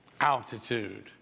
altitude